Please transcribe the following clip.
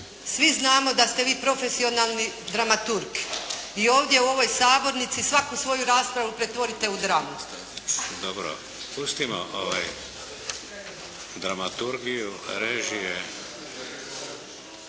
svi znamo da ste vi profesionalni dramaturg i ovdje u ovoj sabornici svaku svoju raspravu pretvorite u dramu. **Šeks, Vladimir (HDZ)** Dobro. Pustimo dramaturgiju, režije.